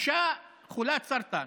אישה חולת סרטן,